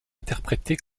interprété